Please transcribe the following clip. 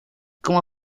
como